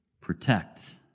protect